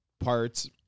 parts